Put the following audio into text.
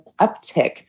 uptick